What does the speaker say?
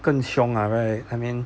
更 siong ah right I mean